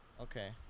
Okay